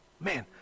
Man